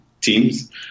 teams